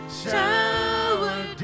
shower